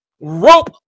rope